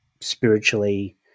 spiritually